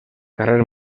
carrer